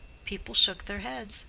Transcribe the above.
people shook their heads.